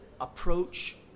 approach